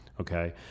okay